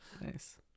Nice